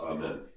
Amen